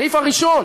הסעיף הראשון